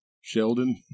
sheldon